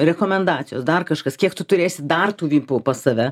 rekomendacijos dar kažkas kiek tu turėsi dar tų vipų pas save